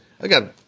Again